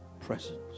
presence